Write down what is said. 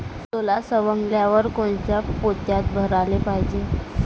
सोला सवंगल्यावर कोनच्या पोत्यात भराले पायजे?